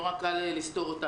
לסתור.